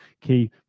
key